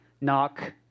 knock